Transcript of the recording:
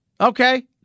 Okay